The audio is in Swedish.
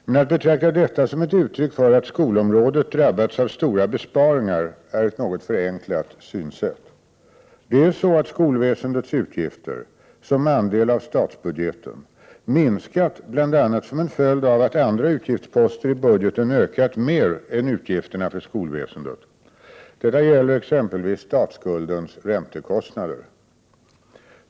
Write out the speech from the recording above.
Men att betrakta detta som ett uttryck för att skolområdet drabbats av stora besparingar är ett något förenklat synsätt. Det är så att skolväsendets utgifter som andel av statsbudgeten minskat bl.a. som en följd av att andra utgiftsposter i budgeten ökat mer än utgifterna för skolväsendet. Detta gäller exempelvis statsskuldens räntekostnader.